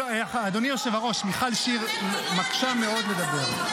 --- אדוני היושב-ראש, מיכל שיר מקשה מאוד לדבר.